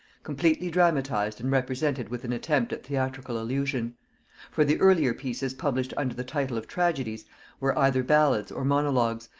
completely dramatized and represented with an attempt at theatrical illusion for the earlier pieces published under the title of tragedies were either ballads or monologues,